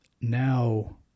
Now